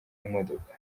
imodoka